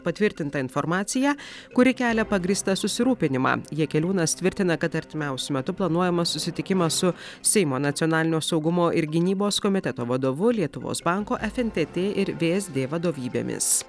patvirtinta informacija kuri kelia pagrįstą susirūpinimą jakeliūnas tvirtina kad artimiausiu metu planuojamas susitikimas su seimo nacionalinio saugumo ir gynybos komiteto vadovu lietuvos banko fntt ir vsd vadovybėmis